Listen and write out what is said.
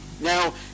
Now